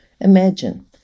Imagine